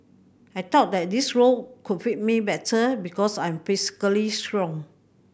I thought that this role could fit me better because I'm physically strong